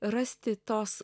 rasti tuos